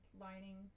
lining